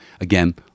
again